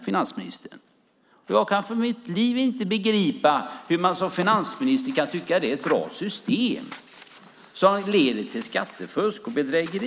Jag kan inte för mitt liv begripa hur man som finansminister kan tycka att det är ett bra system som leder till skattefusk och bedrägeri.